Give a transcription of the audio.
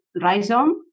rhizome